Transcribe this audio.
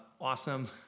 awesome